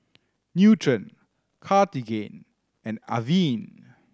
Nutren Cartigain and Avene